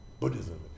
Buddhism